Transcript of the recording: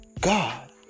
God